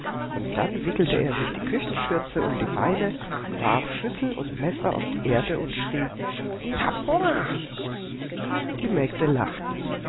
und dann wickelte er sich die küchenschürze um die beine warf schüssel und messer auf die erde und schrie ich hab hunger die mägde lachten